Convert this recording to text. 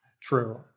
True